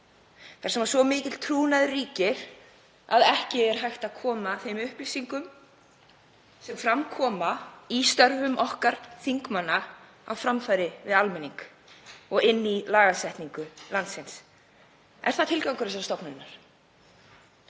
þar sem svo mikill trúnaður ríkir að ekki er hægt að koma upplýsingum sem fram koma í störfum okkar þingmanna á framfæri við almenning og inn í lagasetningu landsins? Er það tilgangur þessarar stofnunar?